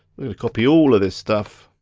copy all of this stuff.